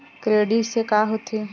Credit से का होथे?